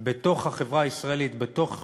בתוך החברה הישראלית, בתוך